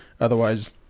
Otherwise